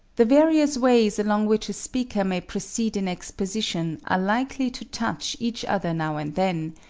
the various ways along which a speaker may proceed in exposition are likely to touch each other now and then,